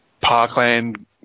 parkland